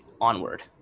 Onward